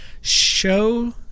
show